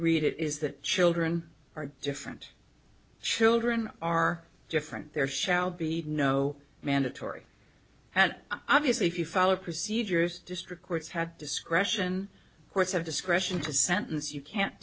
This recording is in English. read it is that children are different children are different there shall be no mandatory and obviously if you follow procedures district courts have discretion courts have discretion to sentence you can't